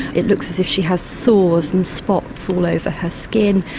it looks as if she has sores and spots all over her skin.